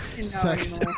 sex